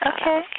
Okay